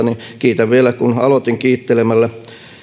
niin kiitän vielä kun aloitin kiittelemällä